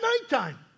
nighttime